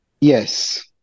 Yes